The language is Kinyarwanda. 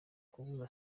kuzura